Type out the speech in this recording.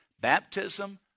Baptism